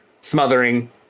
smothering